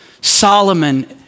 Solomon